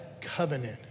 covenant